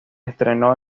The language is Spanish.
estrenó